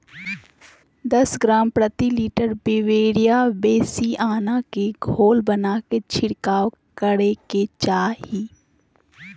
दस ग्राम प्रति लीटर बिवेरिया बेसिआना के घोल बनाके छिड़काव करे के चाही